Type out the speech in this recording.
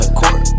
court